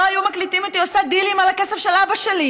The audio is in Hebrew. היו מקליטים אותי עושה דילים על הכסף של אבא שלי.